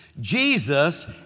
Jesus